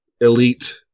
elite